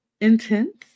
intense